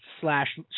slash